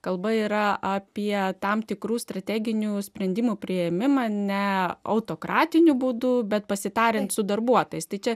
kalba yra apie tam tikrų strateginių sprendimų priėmimą ne autokratiniu būdu bet pasitariant su darbuotojais tai čia